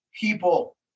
people